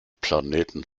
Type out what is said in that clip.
planeten